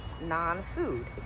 non-food